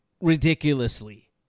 ridiculously